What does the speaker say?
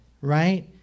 right